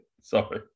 sorry